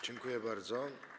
Dziękuję bardzo.